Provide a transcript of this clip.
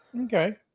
Okay